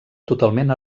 totalment